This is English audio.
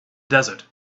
desert